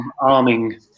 arming